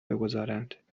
بگذارند